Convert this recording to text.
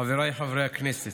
חבריי חברי הכנסת,